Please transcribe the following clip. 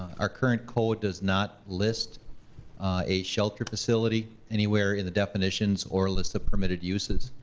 our current code does not list a shelter facility anywhere in the definitions, or list of permitted uses.